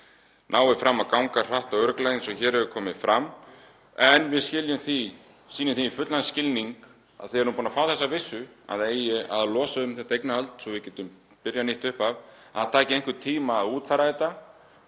nái fram að ganga hratt og örugglega, eins og hér hefur komið fram, en við sýnum því fullan skilning þegar við erum búin að fá þessa vissu, að það eigi að losa um þetta eignarhald og við getum byrjað nýtt upphaf, að það taki einhvern tíma að útfæra þetta